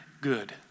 good